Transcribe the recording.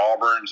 Auburns